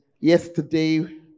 yesterday